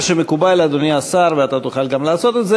מה שמקובל, אדוני השר, ואתה תוכל גם לעשות את זה,